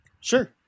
Sure